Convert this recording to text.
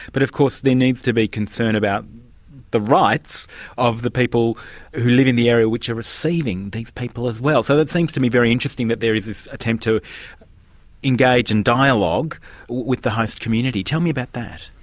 but of course there needs to be concern about the rights of the people who live in the area which are receiving these people as well. so it seems to me very interesting that there is this attempt to engage in dialogue with the host community. tell me about that.